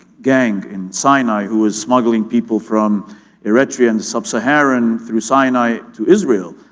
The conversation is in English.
gang in sinai who was smuggling people from eritrean, sub-saharan through sinai, to israel.